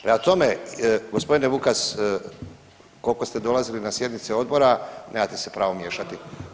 Prema tome gospodine Vukas koliko ste dolazili na sjednice odbora nemate se pravo miješati.